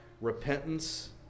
Repentance